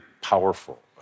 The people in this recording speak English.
powerful